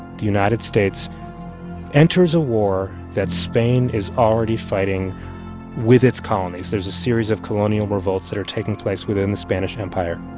the united states enters a war that spain is already fighting with its colonies. there's a series of colonial revolts that are taking place within the spanish empire.